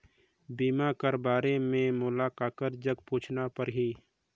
बीमा कर बारे मे मोला ककर जग पूछना परही?